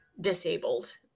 disabled